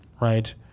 right